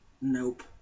nope